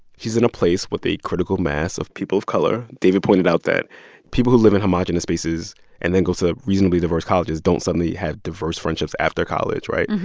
she's in a place with a critical mass of people of color. david pointed out that people who live in homogenous spaces and then go to reasonably diverse colleges don't suddenly have diverse friendships after college, right?